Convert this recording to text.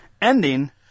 ending